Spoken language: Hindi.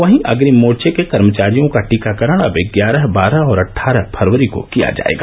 वहीं अग्रिम मोर्चे के कर्मचारियों का टीकाकरण अब ग्यारह बारह और अट्ठारह फरवरी को किया जायेगा